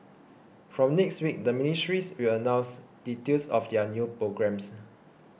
from next week the ministries will announce details of their new programmes